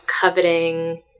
coveting